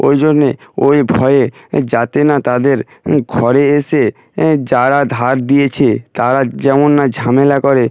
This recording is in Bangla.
ওই জন্যে ওই ভয়ে যাতে না তাদের ঘরে এসে এই যারা ধার দিয়েছে তারা যেমন না ঝামেলা করে